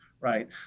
Right